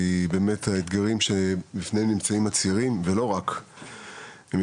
באמת האתגרים שבפניהם נמצאים הצעירים ולא רק הם,